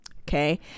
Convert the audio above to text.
Okay